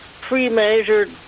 pre-measured